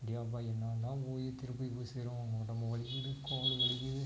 அடேயப்பா எந்நேரந்தான் போய் திருப்பதி போய் சேருவோம் உடம்பு வலிக்குது கால் வலிக்குது